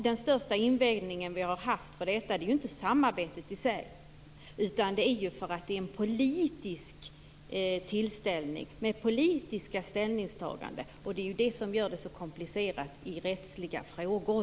Den största invändning vi haft mot EU-samarbetet gäller ju inte samarbetet i sig utan att det är en politisk tillställning med politiska ställningstaganden. Det är det som gör det så komplicerat i rättsliga frågor.